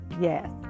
Yes